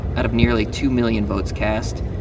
out of nearly two million votes cast,